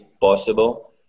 possible